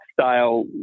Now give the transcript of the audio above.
style